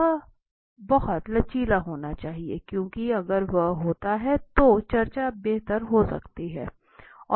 वह बहुत लचीला होना चाहिए क्योंकि अगर यह होता है तो चर्चा बेहतर हो सकती है